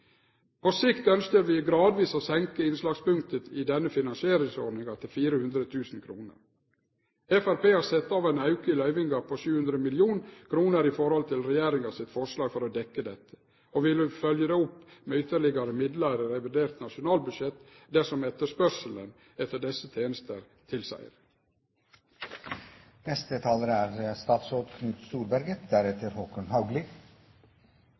På sikt ønskjer vi gradvis å senke innslagspunktet i denne finansieringsordninga til 400 000 kr. Framstegspartiet har sett av ein auke i løyvinga på 700 mill. kr i forhold til regjeringa sitt forslag for å dekkje dette, og vi vil følgje opp med ytterlegare midlar i revidert nasjonalbudsjett dersom etterspørselen etter desse